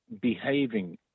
behaving